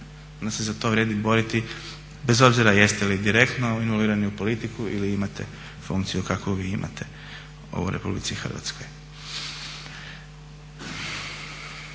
onda se za to vrijedi boriti bez obzira jeste li direktno involvirani u politiku ili imate funkciju kakvu vi imate u RH. Pred kraj